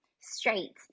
straight